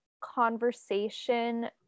conversation